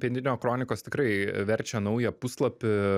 pietinio kronikos tikrai verčia naują puslapį